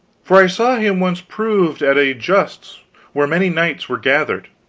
for i saw him once proved at a justs where many knights were gathered,